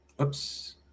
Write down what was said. Oops